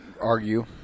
argue